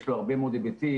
יש לו הרבה מאוד היבטים,